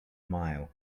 mile